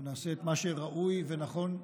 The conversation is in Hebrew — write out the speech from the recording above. אנחנו נעשה את מה שראוי ונכון לעשות.